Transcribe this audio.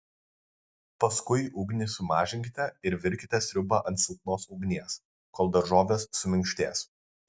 paskui ugnį sumažinkite ir virkite sriubą ant silpnos ugnies kol daržovės suminkštės